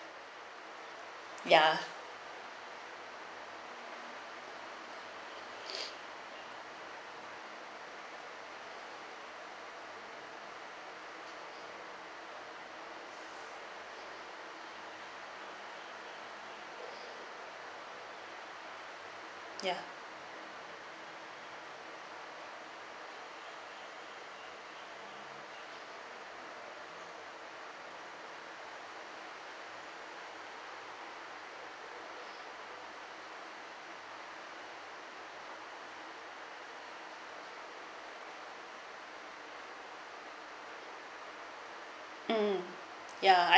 ya ya mm ya I